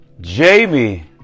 Jamie